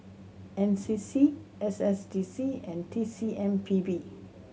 N C C S S D C and T C M P B